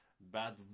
bad